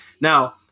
Now